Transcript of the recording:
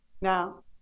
Now